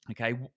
Okay